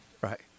Right